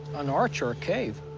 an arch or a cave.